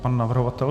Pan navrhovatel.